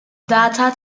data